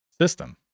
system